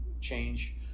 change